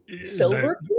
Sober